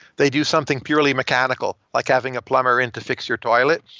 they do something purely mechanical, like having a plumber into fix your toilet.